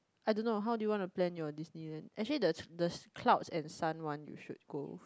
I don't know how do you want to plan your Disneyland actually the the cloud and sun one you should go